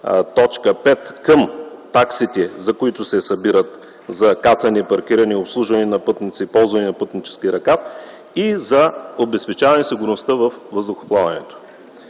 към таксите, които се събират за кацане, паркиране и обслужване на пътници, ползване на пътнически ръкав, и за обезпечаване сигурността във въздухоплаването.